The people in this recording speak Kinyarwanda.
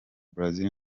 brazil